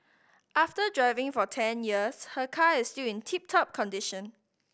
after driving for ten years her car is still in tip top condition